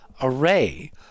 array